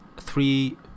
three